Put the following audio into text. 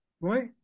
right